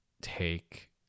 take